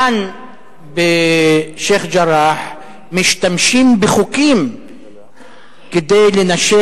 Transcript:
כאן בשיח'-ג'ראח משתמשים בחוקים כדי לנשל